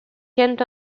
kent